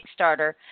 Kickstarter